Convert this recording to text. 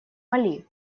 мали